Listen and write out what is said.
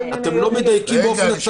אתם לא מדייקים באופן הצגת הדברים.